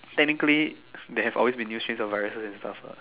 technically there have always been new strains of viruses and stuff lah